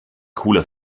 cooler